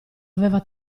aveva